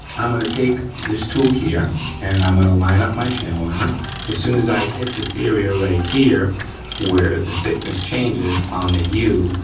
i'm gonna take this tool here and i'm gonna line up my channel liner as soon as i hit this area right here where the thickness changes on the u,